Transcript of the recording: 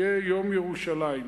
יהיה יום ירושלים.